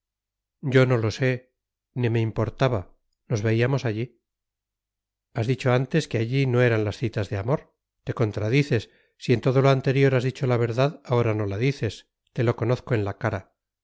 yo no lo sé ni me importaba nos veíamos allí has dicho antes que allí no eran las citas de amor te contradices si en todo lo anterior has dicho la verdad ahora no la dices te lo conozco en la cara